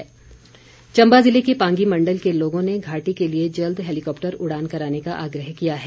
मांग चम्बा ज़िले के पांगी मण्डल के लोगों ने घाटी के लिए जल्द हैलीकॉप्टर उड़ान कराने का आग्रह किया है